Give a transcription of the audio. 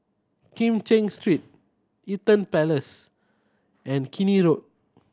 Kim Cheng Street Eaton Place and Keene Road